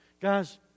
Guys